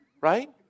right